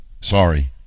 sorry